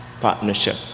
partnership